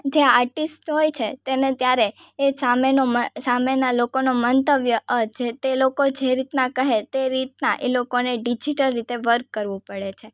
જે આર્ટિસ્ટ હોય છે તેને ત્યારે એ સામેનો મ સામેના લોકોનો મંતવ્ય જે તે લોકો જે રીતના કહે તે રીતના એ લોકોને ડિઝિટલ રીતે વર્ક કરવું પડે છે